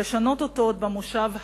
ולשנות אותו עוד במושב הזה,